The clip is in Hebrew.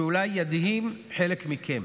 שאולי ידהים חלק מכם,